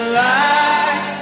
light